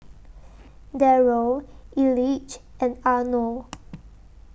Darrell Elige and Arno